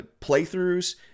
playthroughs